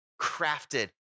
crafted